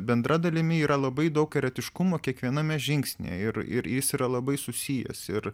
bendra dalimi yra labai daug eretiškumo kiekviename žingsnyje ir ir jis yra labai susijęs ir